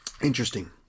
Interesting